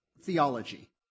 theology